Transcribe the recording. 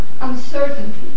uncertainty